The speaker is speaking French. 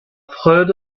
freud